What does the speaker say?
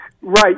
right